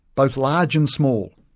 both large and small,